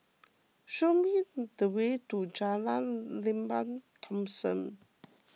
show me the way to Jalan Lembah Thomson